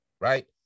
right